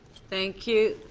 thank you.